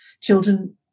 children